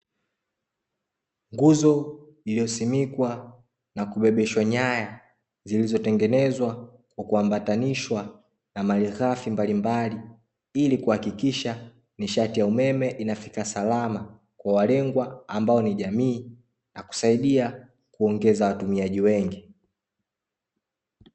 Nguzo iliyosimikwa na kubebeshwa nyaya zilizotengenezwa kwa kuambatanishwa na malighafi mbalimbali ili kuhakikisha nishati ya umeme inafika salama kwa walengwa ambao ni jamii na kusaidia kuongeza watumiaji wengi.